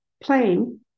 playing